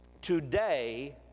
Today